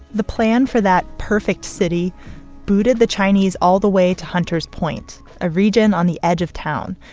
the plan for that perfect city booted the chinese all the way to hunter's point, a region on the edge of town.